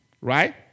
right